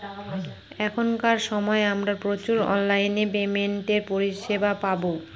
এখনকার সময় আমরা প্রচুর অনলাইন পেমেন্টের পরিষেবা পাবো